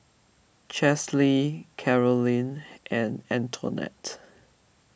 Chesley Carolin and Antonette